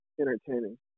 entertaining